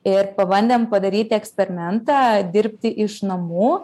ir pabandėm padaryti eksperimentą dirbti iš namų